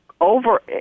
over